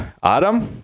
Adam